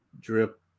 drip